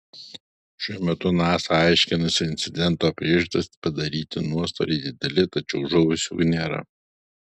šiuo metu nasa aiškinasi incidento priežastis padaryti nuostoliai dideli tačiau žuvusiųjų nėra